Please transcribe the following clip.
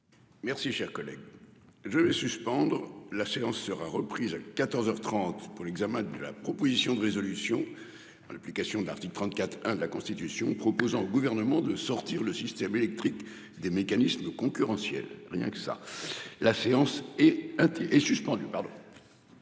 Merci cher collègue. Je vais suspendre la séance sera reprise à 14h 30 pour l'examen de la proposition de résolution à l'application de l'article 34 1 de la Constitution proposant gouvernement de sortir le système électrique des mécanismes concurrentiels. Rien que ça. La séance est un suspendu.